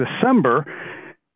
December